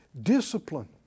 discipline